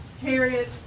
Harriet